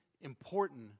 important